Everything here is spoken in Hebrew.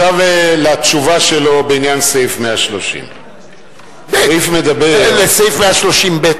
עכשיו לתשובה שלו בעניין סעיף 130. לסעיף 130(ב),